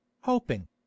hoping